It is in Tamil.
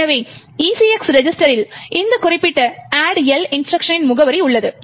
எனவே ECX ரெஜிஸ்டரில் இந்த குறிப்பிட்ட addl இன்ஸ்ட்ருக்ஷனனின் முகவரி உள்ளது